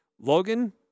Logan